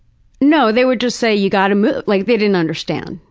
no. they would just say, you gotta move. like, they didn't understand.